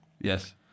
Yes